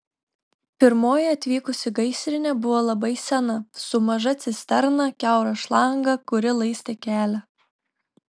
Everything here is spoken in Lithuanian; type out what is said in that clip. pirmoji atvykusi gaisrinė buvo labai sena su maža cisterna kiaura šlanga kuri laistė kelią